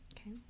Okay